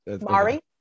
Mari